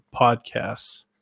podcasts